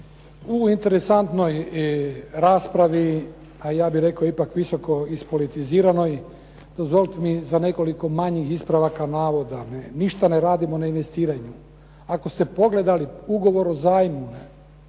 U interesantnoj raspravi a ja bih rekao ipak visoko ispolitiziranoj dozvolite mi za nekoliko manjih ispravaka navoda. Ništa ne radimo na investiranju. Ako ste pogledali ugovor o zajmu,